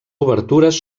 obertures